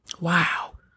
Wow